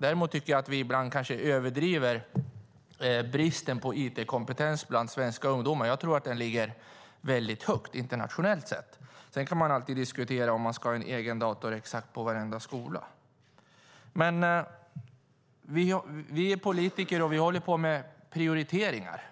Däremot tycker jag att vi ibland kanske överdriver bristen på it-kompetens bland svenska ungdomar. Jag tror att den ligger väldigt högt internationellt sett. Sedan kan man alltid diskutera om man ska ha en egen dator på exakt varenda skola. Vi är politiker och vi håller på med prioriteringar.